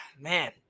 Man